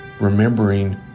remembering